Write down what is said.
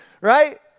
Right